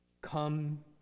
Come